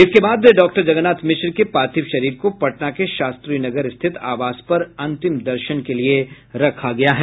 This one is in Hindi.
इसके बाद डॉक्टर जगन्नाथ मिश्र के पार्थिव शरीर को पटना के शास्त्रीनगर स्थित आवास पर अंतिम दर्शन के लिए रखा गया है